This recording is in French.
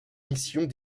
missions